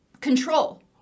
control